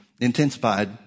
intensified